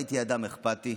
ראיתי אדם אכפתי,